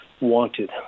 wanted